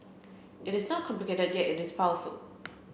it is not complicated yet it is powerful